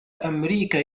أمريكا